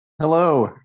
Hello